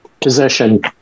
position